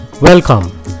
Welcome